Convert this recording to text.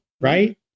Right